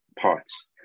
parts